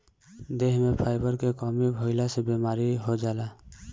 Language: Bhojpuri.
देह में फाइबर के कमी भइला से बीमारी हो जाला